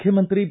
ಮುಖ್ಯಮಂತ್ರಿ ಬಿ